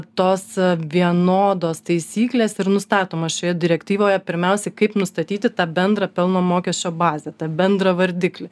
tos vienodos taisyklės ir nustatomos šioje direktyvoje pirmiausia kaip nustatyti tą bendrą pelno mokesčio bazę tą bendrą vardiklį